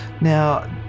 Now